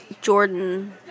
Jordan